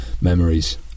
memories